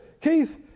Keith